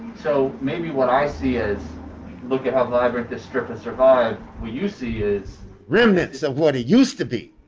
so maybe what i see is look at how vibrant this trip and survive were you see, it's remnants of what it used to be,